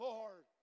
Lord